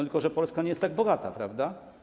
Tylko że Polska nie jest tak bogata, prawda?